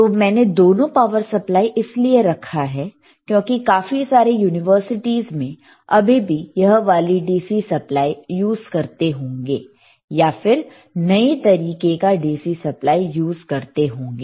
तो मैंने दोनों पावर सप्लाई इसलिए रखा है क्योंकि काफी सारी यूनिवर्सिटीज में अभी भी यह वाली DC सप्लाई यूज करते होंगे या फिर नए तरीके का DC सप्लाई यूज करते होंगे